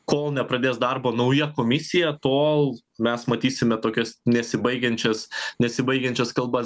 kol nepradės darbo nauja komisija tol mes matysime tokias nesibaigiančias nesibaigiančias kalbas